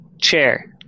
chair